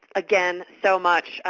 again, so much.